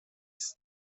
است